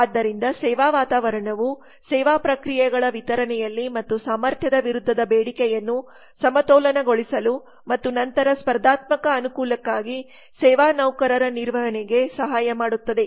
ಆದ್ದರಿಂದ ಸೇವಾ ವಾತಾವರಣವು ಸೇವಾ ಪ್ರಕ್ರಿಯೆಗಳ ವಿತರಣೆಯಲ್ಲಿ ಮತ್ತು ಸಾಮರ್ಥ್ಯದ ವಿರುದ್ಧದ ಬೇಡಿಕೆಯನ್ನು ಸಮತೋಲನಗೊಳಿಸಲು ಮತ್ತು ನಂತರ ಸ್ಪರ್ಧಾತ್ಮಕ ಅನುಕೂಲಕ್ಕಾಗಿ ಸೇವಾ ನೌಕರರ ನಿರ್ವಹಣೆಗೆ ಸಹಾಯ ಮಾಡುತ್ತದೆ